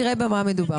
נגיע לשם.